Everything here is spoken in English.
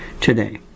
today